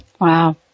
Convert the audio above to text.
Wow